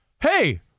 Hey